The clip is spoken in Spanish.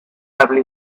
habla